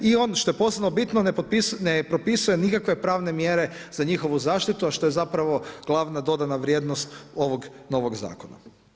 I ono što je posebno bitno, ne propisuje nikakve pravne mjere za njihovu zaštitu a što je zapravo glavna dodana vrijednost ovog novog zakona.